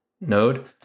node